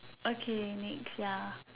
okay next ya